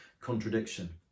contradiction